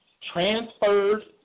transferred